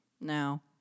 Now